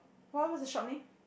what what's the shop name